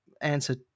answer